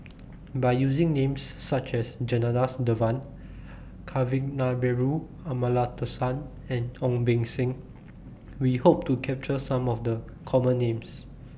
By using Names such as Janadas Devan Kavignareru Amallathasan and Ong Beng Seng We Hope to capture Some of The Common Names